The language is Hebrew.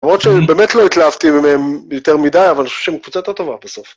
למרות שבאמת לא התלהבתי מהם יותר מדי, אבל אני חושב שהם קבוצה יותר טובה בסוף.